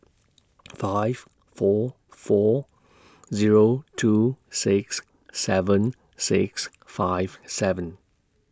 five four four Zero two six seven six five seven